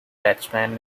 batsman